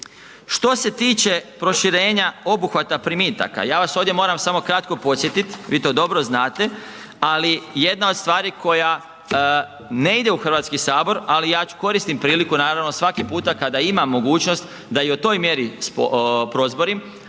Što se tiče proširenja obuhvata primitaka, ja vas ovdje moram samo kratko podsjetiti, vi to dobro znate, ali jedna od stvari koja ne ide u Hrvatski sabor ali ja koristim priliku, naravno svaki puta kada imam mogućnost da i o toj mjeri prozborim